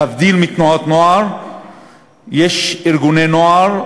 להבדיל מתנועות נוער יש ארגוני נוער,